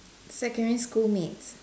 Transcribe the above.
secondary school mates